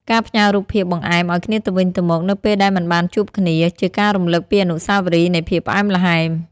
ការផ្ញើរូបភាពបង្អែមឱ្យគ្នាទៅវិញទៅមកនៅពេលដែលមិនបានជួបគ្នា ជាការរំលឹកពីអនុស្សាវរីយ៍នៃភាពផ្អែមល្ហែម។